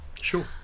Sure